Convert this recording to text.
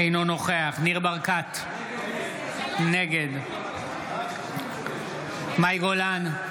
אינו נוכח ניר ברקת, נגד מאי גולן,